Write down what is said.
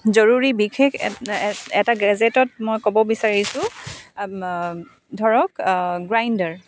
জৰুৰি বিশেষ এ এটা গেজেটত মই ক'ব বিচাৰিছোঁ ধৰক গ্ৰাইণ্ডাৰ